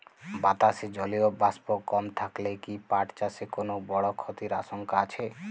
বাতাসে জলীয় বাষ্প কম থাকলে কি পাট চাষে কোনো বড় ক্ষতির আশঙ্কা আছে?